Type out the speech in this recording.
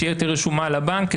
שתהיה רשומה על הבנק,